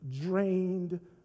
drained